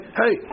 hey